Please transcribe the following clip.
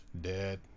dead